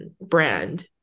brand